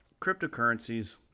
cryptocurrencies